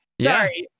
Sorry